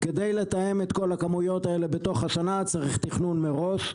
כדי לתאם את כל הכמויות האלה בתוך השנה צריך תכנון מראש,